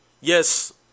Yes